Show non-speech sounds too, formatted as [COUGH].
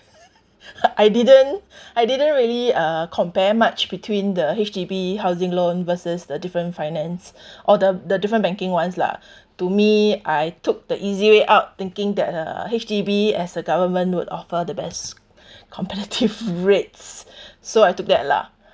[LAUGHS] I didn't I didn't really uh compare much between the H_D_B housing loan versus the different finance or the the different banking ones lah to me I took the easy way out thinking that uh H_D_B as the government would offer the best competitive [LAUGHS] rates so I took that lah